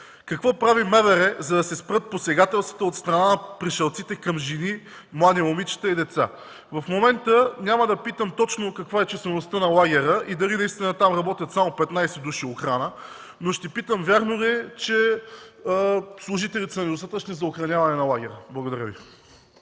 Какво прави МВР, за да се спрат посегателствата от страна на пришълците към жени, млади момичета и деца? В момента няма да питам точно каква е числеността на лагера и дали наистина там работят само 15 души охрана, но ще питам: вярно ли е, че служителите са недостатъчни за охраняване на лагера? Благодаря Ви.